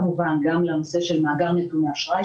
גם לנושא של מאגר נתוני אשראי,